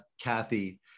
kathy